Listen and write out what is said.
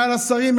מעל השרים,